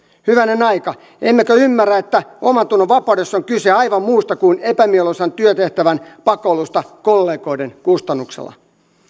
hyvänen aika emmekö ymmärrä että omantunnonvapaudessa on kyse aivan muusta kuin epämieluisan työtehtävän pakoilusta kollegojen kustannuksella